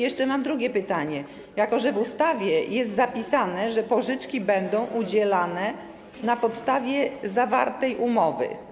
Jeszcze mam drugie pytanie, jako że w ustawie jest zapisane, że pożyczki będą udzielane na podstawie zawartej umowy.